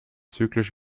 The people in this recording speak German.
zyklisch